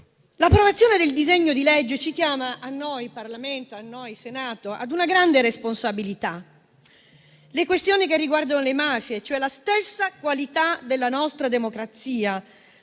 L'approvazione del disegno di legge chiama il Parlamento e noi, in Senato, a una grande responsabilità. Le questioni che riguardano le mafie, cioè la stessa qualità della nostra democrazia